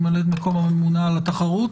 ממלאת מקום הממונה על התחרות,